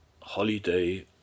holiday